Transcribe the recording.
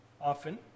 often